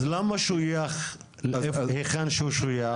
אז למה הוא שויך היכן שהוא שויך?